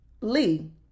Lee